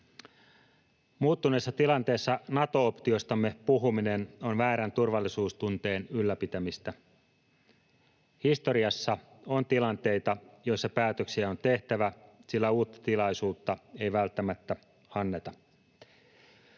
Muuttuneessa tilanteessa Nato-optiostamme puhuminen on väärän turvallisuustunteen ylläpitämistä. Historiassa on tilanteita, joissa päätöksiä on tehtävä, sillä uutta tilaisuutta ei välttämättä anneta.